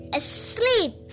asleep